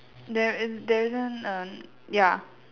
there it there's isn't uh ya